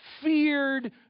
feared